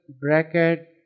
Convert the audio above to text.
bracket